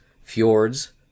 Fjords